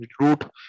Root